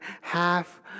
half